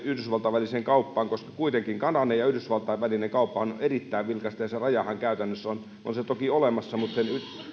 yhdysvaltain väliseen kauppaan koska kuitenkin kanadan ja yhdysvaltain välinen kauppa on erittäin vilkasta ja se rajahan käytännössä on toki olemassa mutta